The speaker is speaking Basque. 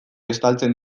estaltzen